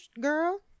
girl